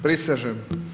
Prisežem.